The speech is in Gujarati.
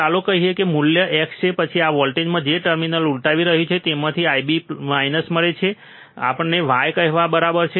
ચાલો કહીએ કે મૂલ્ય x છે પછી આ વોલ્ટેજમાંથી જે ટર્મિનલને ઉલટાવી રહ્યું છે તેમાંથી તમને IB મળે છે જે આપણને y કહેવા બરાબર છે